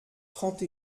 trente